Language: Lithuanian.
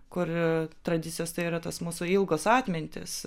kur tradicijos tai yra tas mūsų ilgos atmintys